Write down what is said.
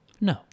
No